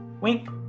Wink